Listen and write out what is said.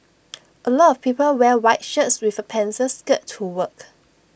A lot of people wear white shirts with A pencil skirt to work